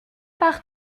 par